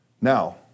Now